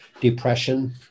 depression